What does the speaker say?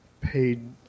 paid